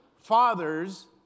fathers